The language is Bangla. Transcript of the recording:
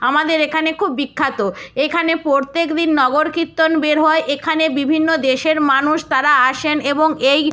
আমাদের এখানে খুব বিখ্যাত এখানে প্রত্যেক দিন নগর কীর্তন বের হয় এখানে বিভিন্ন দেশের মানুষ তারা আসেন এবং এই